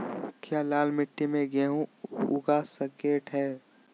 क्या लाल मिट्टी में गेंहु उगा स्केट है?